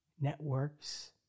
networks